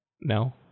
No